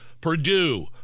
Purdue